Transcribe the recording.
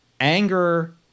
Anger